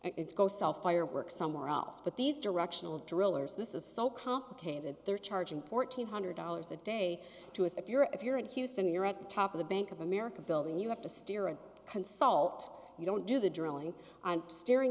it's go sell fireworks somewhere else but these directional drillers this is so complicated that they're charging fourteen hundred dollars a day too if you're if you're in houston you're at the top of the bank of america building you have to steer and consult you don't do the drilling and steering